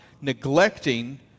neglecting